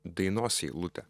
dainos eilutė